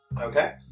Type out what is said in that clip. Okay